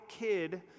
kid